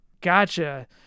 Gotcha